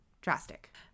drastic